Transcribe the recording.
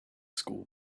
school